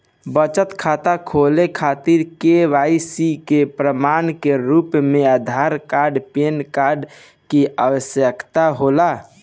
बचत खाता खोले खातिर के.वाइ.सी के प्रमाण के रूप में आधार आउर पैन कार्ड की आवश्यकता होला